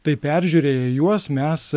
tai peržiūrėję juos mes